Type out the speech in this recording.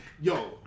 Yo